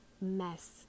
mess